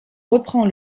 reprend